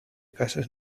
cases